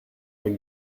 avec